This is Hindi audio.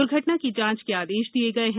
दुर्घटना की जांच के आदेश दिए गए हैं